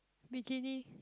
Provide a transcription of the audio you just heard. bikini